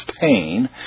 pain